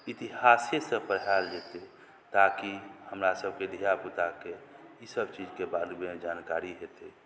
इतिहासे सऽ पढ़ाएल जेतै ताकि हमरा सबके धिया पूताके ई सब चीज के बारे मे जानकारी हेतय